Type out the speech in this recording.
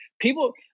people